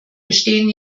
bestehen